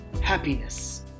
Happiness